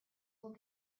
will